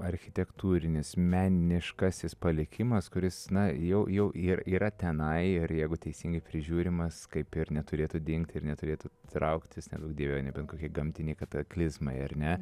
architektūrinis meniškasis palikimas kuris na jau jau ir yra tenai ir jeigu teisingai prižiūrimas kaip ir neturėtų dingti ir neturėtų trauktis neduok dieve nebent kokie gamtiniai kataklizmai ar ne